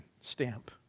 stamp